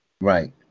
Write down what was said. Right